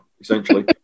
essentially